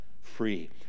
free